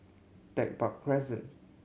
Tech Park Crescent